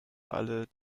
alle